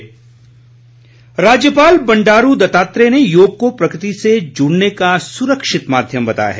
राज्यपाल राज्यपाल बंडारू दत्तात्रेय ने योग को प्रकृति से जुड़ने का सुरक्षित माध्यम बताया है